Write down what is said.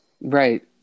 Right